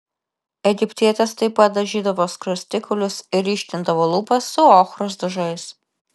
egiptietės taip pat dažydavo skruostikaulius ir ryškindavo lūpas su ochros dažais